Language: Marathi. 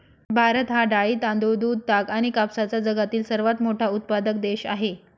भारत हा डाळी, तांदूळ, दूध, ताग आणि कापसाचा जगातील सर्वात मोठा उत्पादक देश आहे